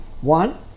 One